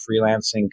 freelancing